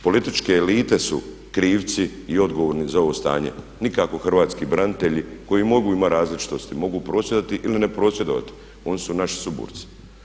Političke elite su i krivci i odgovorni za ovo stanje, nikako hrvatski branitelji koji mogu, ima različitosti, mogu prosvjedovati ili ne prosvjedovati, oni su naši suborci.